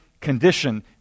condition